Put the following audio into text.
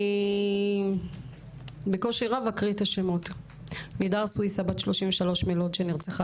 אני בקושי רב אקריא את השמות: מידר סוויסה בת 33 מלוד שנרצחה